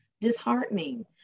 disheartening